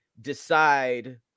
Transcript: decide